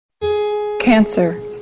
Cancer